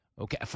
okay